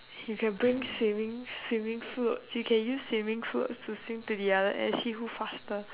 you could bring swimming swimming floats you can use swimming floats to swim to the other end see who faster